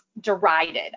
derided